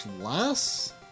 less